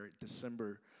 December